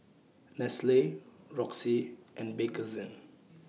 Nestle Roxy and Bakerzin